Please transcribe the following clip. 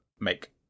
make